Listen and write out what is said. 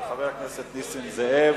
של חבר הכנסת נסים זאב.